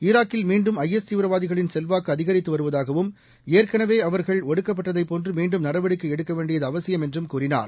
ஈராக்கில் மீண்டும் ஐஎஸ் தீவிரவாதிகளின் செல்வாக்குஅதிகரித்துவருவதாகவும் ஏற்கனவேஅவர்கள் ஒடுக்கப்பட்டதைப் போன்றுமீண்டும் நடவடிக்கைஎடுக்கவேண்டியதுஅவசியம் என்றும் கூறினார்